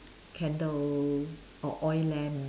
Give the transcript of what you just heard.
candle or oil lamp